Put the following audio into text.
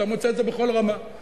אתה מוצא את זה בכל רמה,